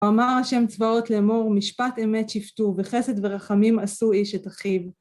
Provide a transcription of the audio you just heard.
אמר השם צבאות לאמור, משפט אמת שפטו, וחסד ורחמים עשו איש את אחיו.